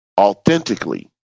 authentically